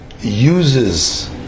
uses